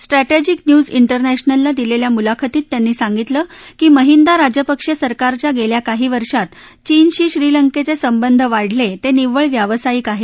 स्ट्रााजिक news उनॅशनला दिलेल्या मुलाखतीत त्यांनी सांगितलं की महिदा राजपक्षे सरकारच्या गेल्या काही वर्षात चीनशी श्रीलंकेचे संबंध वाढले ते निव्वळ व्यावसायिक आहेत